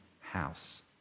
house